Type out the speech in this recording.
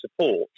support